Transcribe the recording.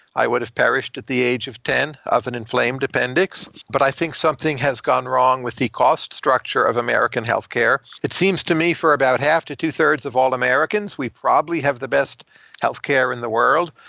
i would've perished at the age of ten, of an inflamed appendix. but i think something has gone wrong with the cost structure of american healthcare. it seems to me for about half to two-thirds of all americans, we probably have the best healthcare in the world.